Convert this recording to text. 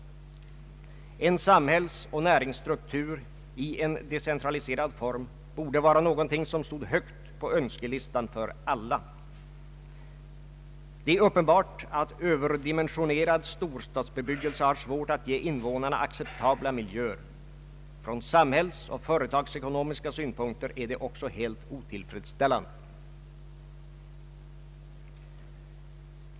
En samhällsoch näringsstruktur i en decentraliserad form borde vara någonting som stod högt på önskelistan för alla. Det är uppenbart att överdimensionerad storstadsbebyggelse har svårt att ge invånarna acceptabla mil jöer. Från samhällsoch företagsekonomiska synpunkter är det också helt otillfredsställande.